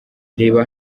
reba